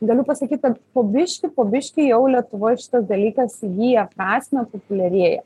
galiu pasakyt kad po biškį po biškį jau lietuvoj šitas dalykas įgyja prasmę populiarėja